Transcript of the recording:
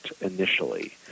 initially